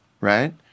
right